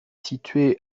située